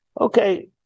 Okay